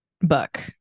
book